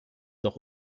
doch